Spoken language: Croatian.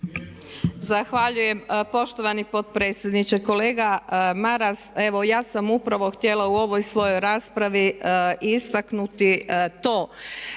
Zahvaljujem poštovani potpredsjedniče. Kolega Maras evo ja sam upravo htjela u ovoj svojoj raspravi istaknuti to